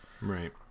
Right